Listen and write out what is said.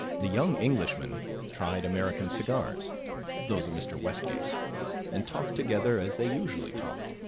the young englishmen tried american cigars those of mr. westgate and talked together as they usually talked,